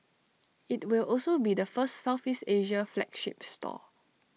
IT will also be the first Southeast Asia flagship store